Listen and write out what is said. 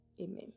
amen